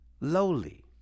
lowly